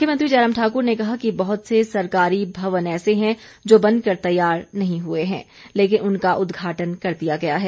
मुख्यमंत्री जयराम ठाकुर ने कहा कि बहुत से सरकारी भवन ऐसे है जो बन कर तैयार नहीं हुए हैं लेकिन उनका उद्घाटन कर दिया गया है